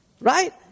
right